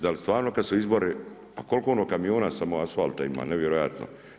Da li stvarno kad su izbori, a koliko ono kamiona samo asfalta ima nevjerojatno?